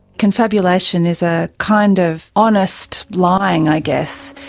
confabulation is a kind of honest lying i guess.